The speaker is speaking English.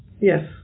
Yes